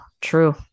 True